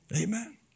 Amen